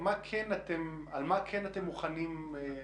על מה כן אתם מוכנים להסכים?